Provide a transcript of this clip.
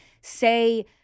say